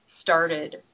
started